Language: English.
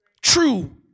True